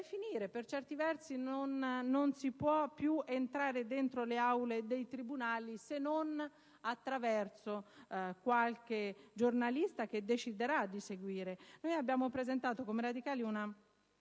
Per certi versi non si può più entrare nelle aule dei tribunali se non attraverso qualche giornalista che deciderà di seguire i dibattimenti. Abbiamo presentato come Radicali una